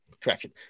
Correction